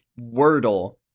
wordle